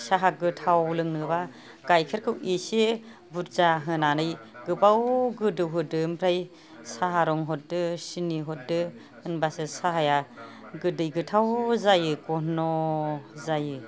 साहा गोथाव लोंनोबा गाइखेरखौ एसे बुरजा होनानै गोबाव गोदौ होदो ओमफ्राय साहा रं हरदो सिनि हरदो होनबासो साहाया गोदै गोथाव जायो घन' जायो